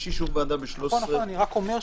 יש אישור ועדה בסעיף 13 --- נכון, נכון.